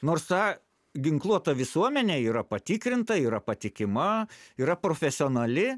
nors ta ginkluota visuomenė yra patikrinta yra patikima yra profesionali